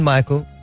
Michael